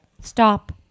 stop